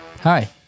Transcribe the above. Hi